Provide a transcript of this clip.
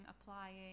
applying